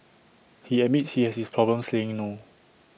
he admits he has this problems saying no